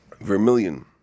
Vermilion